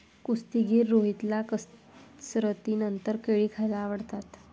कुस्तीगीर रोहितला कसरतीनंतर केळी खायला आवडतात